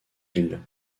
ville